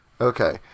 Okay